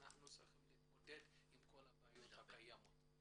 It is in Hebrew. אנחנו צריכים להתמודד עם כל הבעיות הקיימות.